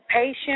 patient